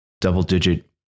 double-digit